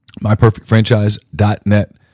MyPerfectFranchise.net